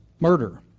Murder